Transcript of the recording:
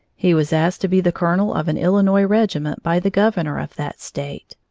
he was asked to be the colonel of an illinois regiment by the governor of that state.